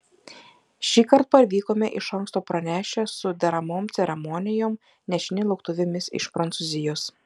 šįkart parvykome iš anksto pranešę su deramom ceremonijom nešini lauktuvėmis iš prancūzijos